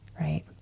Right